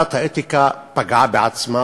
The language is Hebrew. שוועדת האתיקה פגעה בעצמה.